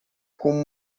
com